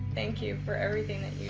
thank you for everything that you